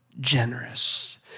generous